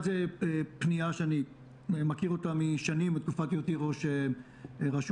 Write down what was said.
הוא פנייה שאני מכיר אותה שנים מתקופת היותי ראש רשות.